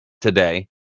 today